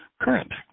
current